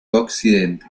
occidente